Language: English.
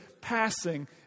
passing